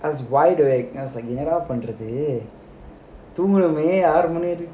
I was wide awake then I was like you என்னடா பண்றது தூங்கணுமே ஆறு மணி வரைக்கும்:ennadaa pandrathu thoonganumae aaru mani varaikkum